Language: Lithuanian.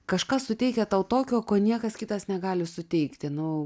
kažkas suteikia tau tokio ko niekas kitas negali suteikti nu